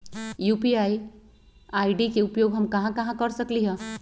UPI ID के उपयोग हम कहां कहां कर सकली ह?